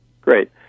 Great